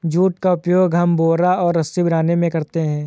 jute का उपयोग हम बोरा और रस्सी बनाने में करते हैं